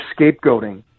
scapegoating